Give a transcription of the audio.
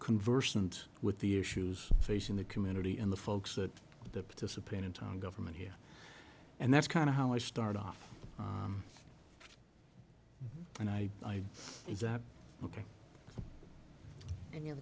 conversant with the issues facing the community and the folks that participate in town government here and that's kind of how i start off and i look in your